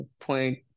point